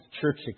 church